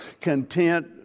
content